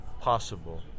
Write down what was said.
possible